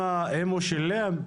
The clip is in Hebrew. אם הוא שילם,